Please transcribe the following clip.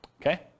okay